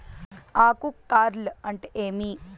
ఆకు కార్ల్ అంటే ఏమి?